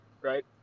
right